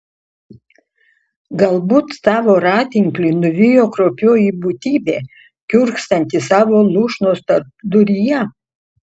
galbūt tą voratinklį nuvijo kraupioji būtybė kiurksanti savo lūšnos tarpduryje